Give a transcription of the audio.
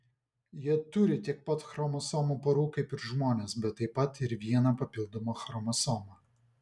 jie turi tiek pat chromosomų porų kaip ir žmonės bet taip pat ir vieną papildomą chromosomą